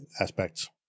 aspects